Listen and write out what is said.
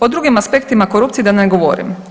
O drugim aspektima korupcije da ne govorim.